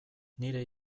nire